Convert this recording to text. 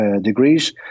degrees